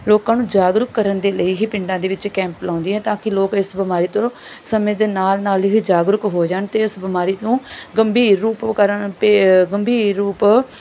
ਲੋਕਾਂ ਨੂੰ ਜਾਗਰੂਕ ਕਰਨ ਦੇ ਲਈ ਹੀ ਪਿੰਡਾਂ ਦੇ ਵਿੱਚ ਕੈਂਪ ਲਾਉਂਦੇ ਆ ਤਾਂ ਕਿ ਲੋਕ ਇਸ ਬਿਮਾਰੀ ਤੋਂ ਸਮੇਂ ਦੇ ਨਾਲ ਨਾਲ ਹੀ ਜਾਗਰੂਕ ਹੋ ਜਾਣ ਅਤੇ ਇਸ ਬਿਮਾਰੀ ਨੂੰ ਗੰਭੀਰ ਰੂਪ ਵਿਕਾਰਾਂ ਪੇ ਗੰਭੀਰ ਰੂਪ